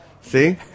See